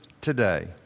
today